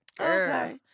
Okay